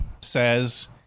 says